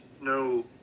no